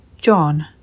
John